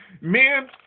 men